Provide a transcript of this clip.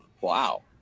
Wow